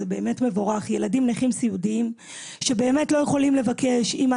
ילדים נכים סיעודיים שבאמת לא יכולים לבקש "אמא,